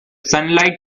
sunlight